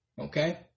Okay